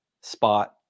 Spot